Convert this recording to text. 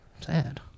sad